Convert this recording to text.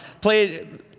played